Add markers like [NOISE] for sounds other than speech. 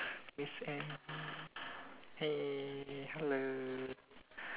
miss M [NOISE] hey hello